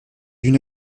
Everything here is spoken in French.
d’une